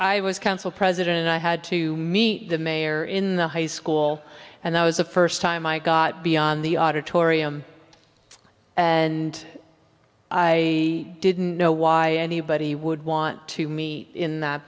i was council president and i had to meet the mayor in the high school and i was the first time i got beyond the auditorium and i didn't know why anybody would want to me in that